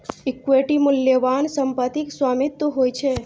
equity मूल्यवान संपत्तिक स्वामित्व होइ छै